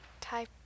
type